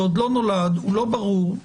שעוד לא נולד ולא ברור.